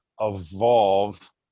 evolve